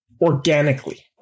organically